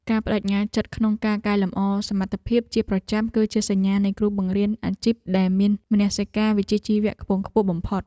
ការប្តេជ្ញាចិត្តក្នុងការកែលម្អសមត្ថភាពជាប្រចាំគឺជាសញ្ញាណនៃគ្រូបង្រៀនអាជីពដែលមានមនសិការវិជ្ជាជីវៈខ្ពង់ខ្ពស់បំផុត។